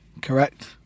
Correct